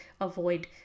avoid